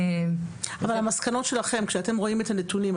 אבל המסקנות שלכם כשאתם רואים את הנתונים,